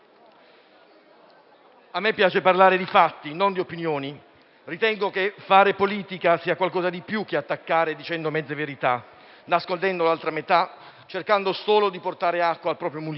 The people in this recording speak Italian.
A me piace parlare di fatti, non di opinioni. Ritengo che fare politica sia qualcosa di più che attaccare dicendo mezze verità, nascondendo l'altra metà, cercando solo di portare acqua al proprio mulino.